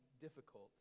difficult